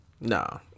no